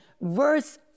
verse